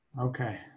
Okay